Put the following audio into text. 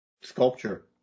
sculpture